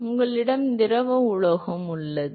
எனவே உங்களிடம் திரவ உலோகம் உள்ளது